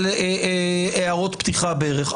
-- על הערות פתיחה בערך.